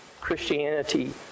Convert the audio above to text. Christianity